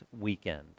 weekend